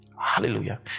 hallelujah